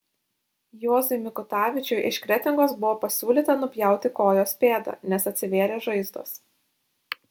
juozui mikutavičiui iš kretingos buvo pasiūlyta nupjauti kojos pėdą nes atsivėrė žaizdos